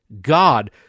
God